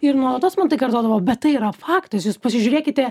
ir nuolatos man tai kartodavo bet tai yra faktas jūs pasižiūrėkite